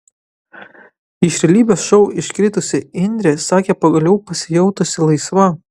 iš realybės šou iškritusi indrė sakė pagaliau pasijautusi laisva